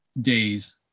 days